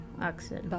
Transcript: Axel